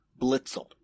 Blitzel